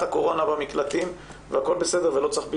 הקורונה במקלטים והכל בסדר ולא צריך בידודים.